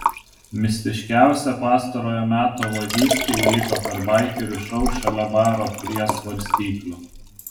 mistiškiausia pastarojo meto vagystė įvyko per baikerių šou šalia baro prie svarstyklių